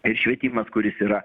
ir švietimas kuris yra